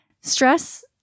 stress